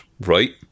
right